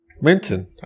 Minton